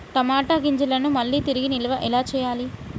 టమాట గింజలను మళ్ళీ తిరిగి నిల్వ ఎలా చేయాలి?